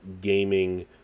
gaming